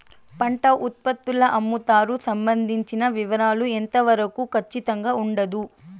పంట ఉత్పత్తుల అమ్ముతారు సంబంధించిన వివరాలు ఎంత వరకు ఖచ్చితంగా ఉండదు?